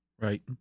Right